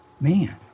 man